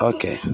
Okay